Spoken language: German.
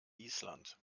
island